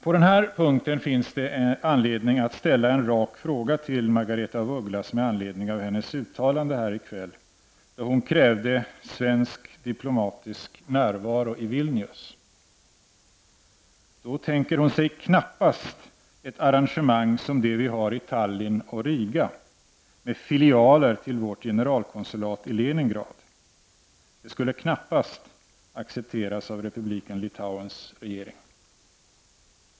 På den här punkten finns det skäl att ställa en rak fråga till Margaretha af Ugglas med anledning av hennes uttalande här i kväll då hon krävde svensk diplomatisk närvaro i Vilnius. Men då tänker hon sig knappast ett arrangemang som det som vi har i Tallinn och Riga med filialer till vårt generalkonsulat i Leningrad. Någonting sådant skulle knappast accepteras av republiken Litauens regering.